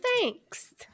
thanks